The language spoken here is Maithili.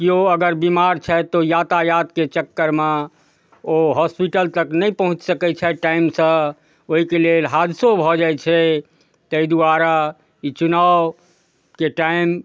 केओ अगर बीमार छथि तऽ ओ यातायातके चक्करमे ओ हॉस्पिटल तक नहि पहुँच सकै छथि टाइमसँ ओहिके लेल हादसो भऽ जाइ छै तै दुआरे ई चुनावके टाइम